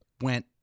went